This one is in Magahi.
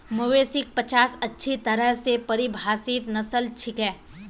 मवेशिक पचास अच्छी तरह स परिभाषित नस्ल छिके